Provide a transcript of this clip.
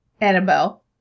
Annabelle